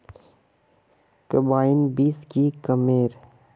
Carbine बीस की कमेर?